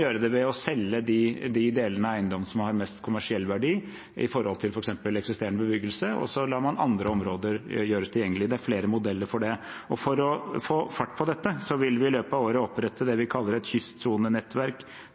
gjøre det ved å selge de delene av eiendommen som har mest kommersiell verdi i forhold til f.eks. eksisterende bebyggelse, og så lar man andre områder gjøres tilgjengelige – det er flere modeller for det. For å få fart på dette vil vi i løpet av året opprette det